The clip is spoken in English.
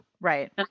Right